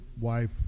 wife